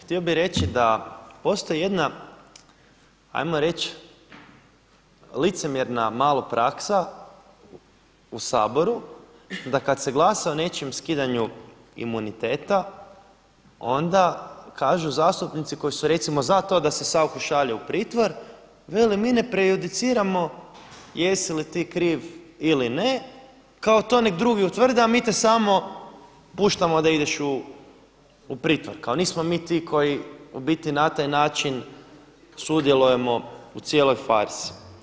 Htio bih reći da postoji jedna, ajmo reći licemjerna malo praksa u Saboru da kada se glasa o nečijem skidanu imuniteta onda kažu zastupnici koji su recimo za to da se Sauchu šalje u pritvor, vele mi ne prejudiciramo jesi li ti kriv ili ne, kao to neka drugi utvrde a mi te samo puštamo da ideš u pritvor, kao nismo mi ti koji u biti na taj način sudjelujemo u cijeloj farsi.